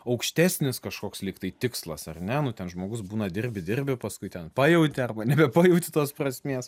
aukštesnis kažkoks lyg tai tikslas ar ne nu ten žmogus būna dirbi dirbi paskui ten pajauti arba nebepajauti tos prasmės